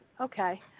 Okay